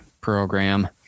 program